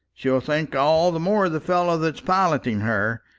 she'll think all the more of the fellow that's piloting her.